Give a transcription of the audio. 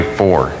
four